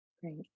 Great